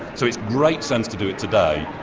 so it's great sense to do it today.